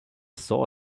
saw